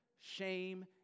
shame